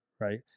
right